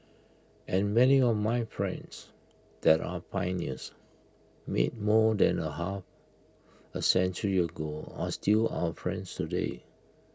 and many of my friends that our pioneers made more than A half A century ago are still our friends today